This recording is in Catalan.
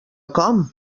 com